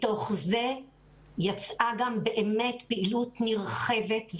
בזה יצאה גם פעילות נרחבת.